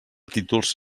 títols